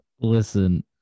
Listen